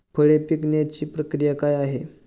फळे पिकण्याची प्रक्रिया काय आहे?